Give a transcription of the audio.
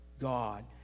God